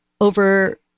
over